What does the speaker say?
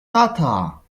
tata